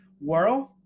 world